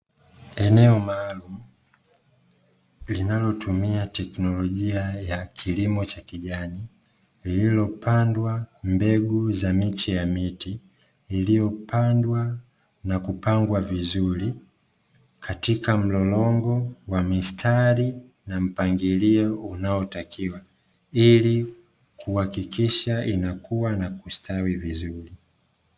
Eneo maalumu linalotumia teknolojia ya kilimo cha kijani lililopandwa mbegu za miche ya miti iliopandwa na kupangwa vizuri katika mlolongo wa mistari na mpangilio unaotakiwa ilikuhakikisha inakua na kustawi vizuri.